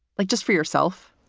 like just for yourself?